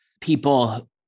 People